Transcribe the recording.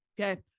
okay